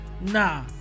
nah